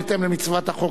בהתאם למצוות החוק,